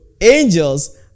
angels